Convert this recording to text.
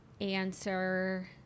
answer